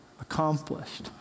accomplished